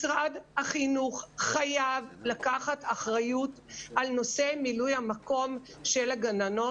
משרד החינוך חייב לקחת אחריות על נושא מילוי המקום של הגננות,